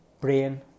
brain